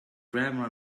grammar